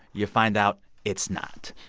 you find out it's not.